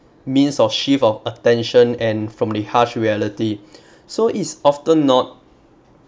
means of shift of attention and from the harsh reality so it's often not